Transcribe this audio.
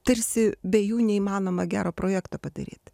tarsi be jų neįmanoma gero projekto padaryt